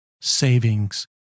savings